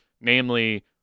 namely